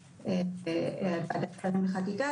ועדת השרים לחקיקה,